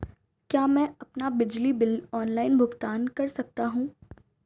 क्या मैं अपना बिजली बिल ऑनलाइन भुगतान कर सकता हूँ?